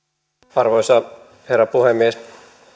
arvoisa herra puhemies